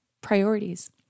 priorities